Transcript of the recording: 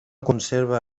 conserva